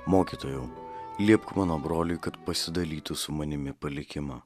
mokytojau liepk mano broliui kad pasidalytų su manimi palikimą